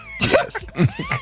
Yes